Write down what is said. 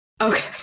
okay